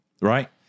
Right